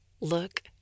Look